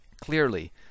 Clearly